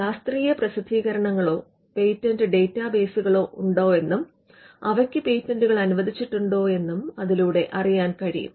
ശാസ്ത്രീയ പ്രസിദ്ധീകരണങ്ങളോ പേറ്റന്റ് ഡാറ്റാബേസുകളോ ഉണ്ടോയെന്നും അവയ്ക്ക് പേറ്റന്റുകൾ അനുവദിച്ചിട്ടുണ്ടോ എന്നും അതിലൂടെ അറിയാൻ കഴിയും